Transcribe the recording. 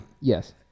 Yes